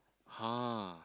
!huh!